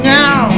now